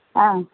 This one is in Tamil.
ஆ